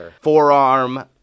forearm